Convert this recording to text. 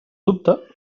dubte